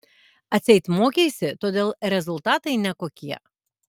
atseit mokeisi todėl rezultatai nekokie